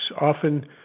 often